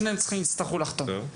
שניהם יצטרכו לחתום.